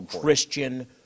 Christian